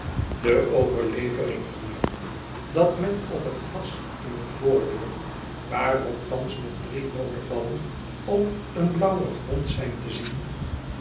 de overlevering vermeldt dat men op het glas in devoordeur waarop thans nog drie roode ballen op een blauwen grond zijn te zien